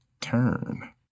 turn